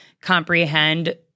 comprehend